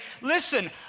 Listen